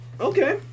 Okay